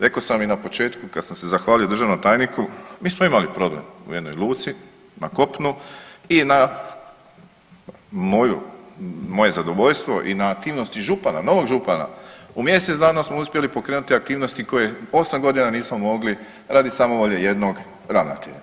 Rekao sam i na početku kad sam se zahvalio državnom tajniku mi smo imali problem u jednoj luci na kopnu i na moju, moje zadovoljstvo i na aktivnosti župana, novog župana u mjesec dana smo uspjeli pokrenuti aktivnosti koje 8 godina nismo mogli radi samovolje jednog ravnatelja.